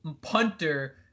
punter